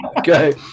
Okay